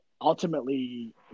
Ultimately